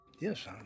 Yes